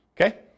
Okay